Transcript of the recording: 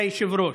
גילוי נאות.